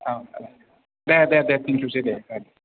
औ औ दे दे थेंकइउसै दे